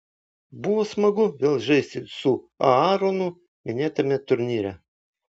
buvo smagu vėl žaisti su aaronu minėtame turnyre